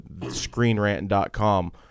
ScreenRant.com